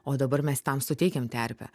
o dabar mes tam suteikiam terpę